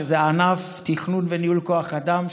שזה ענף תכנון וניהול כוח אדם,